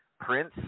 Prince